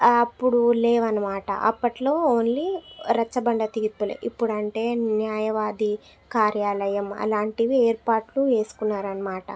అప్పుడు లేవన్నమాట అప్పట్లో ఓన్లీ రచ్చబండ తీర్పులే ఇప్పుడంటే న్యాయవాది కార్యాలయం అలాంటివి ఏర్పాట్లు చేసుకున్నరన్నమాట